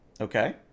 Okay